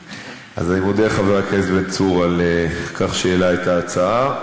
אני מודה לחבר הכנסת בן צור על כך שהעלה את ההצעה.